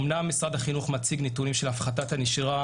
אמנם משרד החינוך מציג נתונים של הפחתת הנשירה